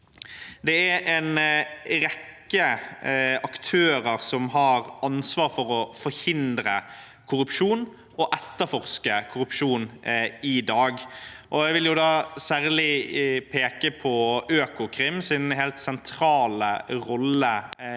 Det er en rekke aktører som har ansvar for å forhindre korrupsjon og etterforske korrupsjon i dag. Jeg vil særlig peke på Økokrims helt sentrale rolle i